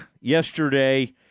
yesterday –